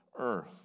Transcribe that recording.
earth